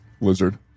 lizard